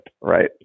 right